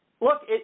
look